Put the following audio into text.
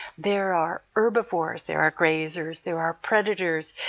there are herbivores. there are grazers. there are predators.